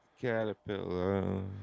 Caterpillar